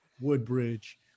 Woodbridge